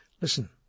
Listen